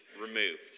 removed